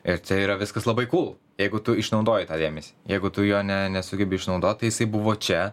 ir čia yra viskas labai kūl jeigu tu išnaudoji tą dėmesį jeigu tu jo ne nesugebi išnaudot tai jisai buvo čia